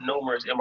numerous